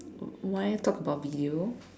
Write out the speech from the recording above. why talk about video